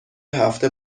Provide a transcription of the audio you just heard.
هفته